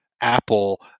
Apple